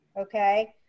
Okay